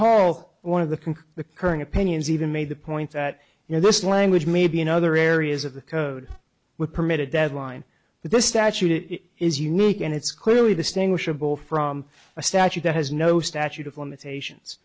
whole one of the can the current opinions even made the point that you know this language may be in other areas of the code we're permitted deadline but the statute is unique and it's clearly distinguishable from a statute that has no statute of limitations